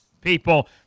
People